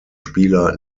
spieler